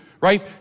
right